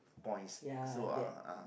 points so uh ah